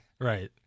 Right